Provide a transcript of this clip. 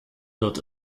wird